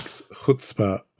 Chutzpah